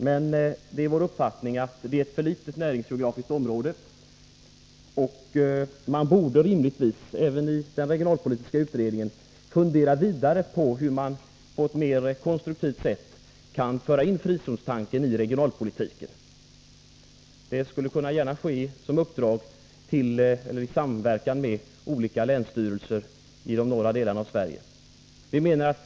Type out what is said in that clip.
Det är emellertid vår uppfattning att det är ett för litet näringsgeografiskt område, och man borde rimligtvis även i den regionalpolitiska utredningen fundera vidare över hur man på ett mera konstruktivt sätt kan föra in frizonstanken i regionalpolitiken. Det skulle gärna kunna ske i samverkan med länsstyrelser i de norra delarna av Sverige.